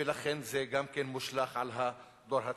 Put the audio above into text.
ולכן זה גם כן מושלך על הדור הצעיר.